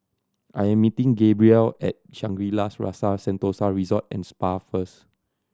I am meeting Gabrielle at Shangri La's Rasa Sentosa Resort and Spa first